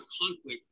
conflict